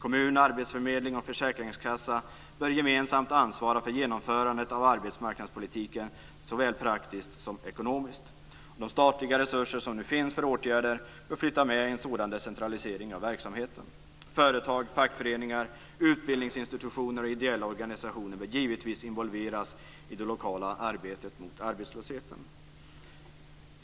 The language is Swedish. Kommuner, arbetsförmedling och försäkringskassa bör gemensamt ansvara för genomförandet av arbetsmarknadspolitiken såväl praktiskt som ekonomiskt. De statliga resurser som finns för åtgärder bör flytta med i en sådan decentralisering av verksamheten. Företag, fackföreningar, utbildningsinstitutioner och ideella organisationer bör givetvis involveras i det lokala arbetet mot arbetslösheten.